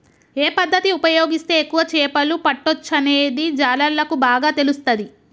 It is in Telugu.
ఏ పద్దతి ఉపయోగిస్తే ఎక్కువ చేపలు పట్టొచ్చనేది జాలర్లకు బాగా తెలుస్తది